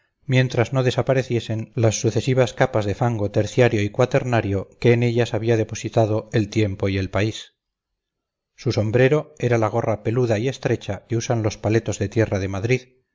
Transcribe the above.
mientras no desapareciesen las sucesivas capas de fango terciario y cuaternario que en ellas habían depositado el tiempo y el país su sombrero era la gorra peluda y estrecha que usan los paletos de tierra de madrid